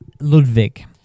Ludwig